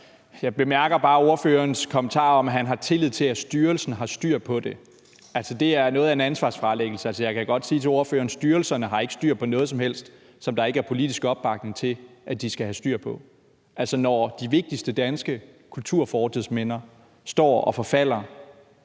Jeg bemærker bare ordførerens kommentar om, at han har tillid til, at styrelsen har styr på det. Altså, det er noget af en ansvarsfralæggelse, og jeg kan godt sige til ordføreren, at styrelserne ikke har styr på noget som helst, som der ikke er politisk opbakning til at de skal have styr på. Når de vigtigste danske kulturfortidsminder står og forfalder